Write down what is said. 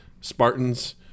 Spartans